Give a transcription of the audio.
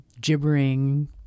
gibbering